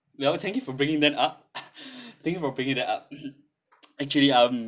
well thank you for bringing that up thank you for bringing that up actually um